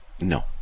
No